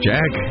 Jack